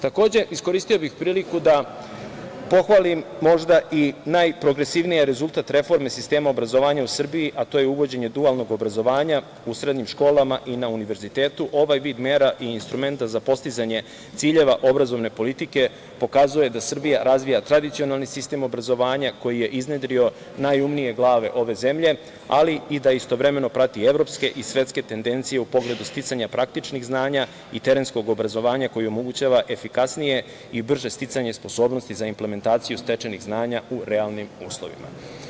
Takođe, iskoristio bih priliku da pohvalim možda i najprogresivnije rezultat reforme sistema obrazovanja u Srbiji, a to je uvođenje dualnog obrazovanja u srednjim školama i na univerzitetu, ovaj vid mera i instrumenta za postizanje ciljeva obrazovne politike pokazuje da Srbija razvija tradicionalni sistem obrazovanja koji je iznedrio najumnije glave ove zemlje, ali i da istovremeno prati evropske i svetske tendencije u pogledu sticanja praktičnih znanja i terenskog obrazovanja koji omogućava efikasnije i brže sticanje sposobnosti za implementaciju stečenih znanja u realnim uslovima.